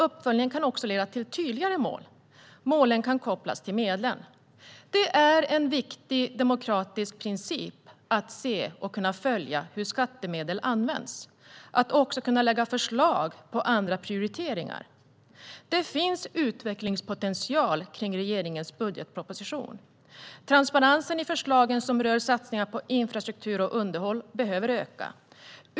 Uppföljningen kan också leda till tydligare mål. Målen kan kopplas till medlen. Det är en viktig demokratisk princip att kunna se och följa hur skattemedel används och också kunna lägga fram förslag till andra prioriteringar. Det finns utvecklingspotential i regeringens budgetproposition. Transparensen i förslagen som rör satsningar på infrastruktur och underhåll behöver öka.